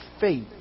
faith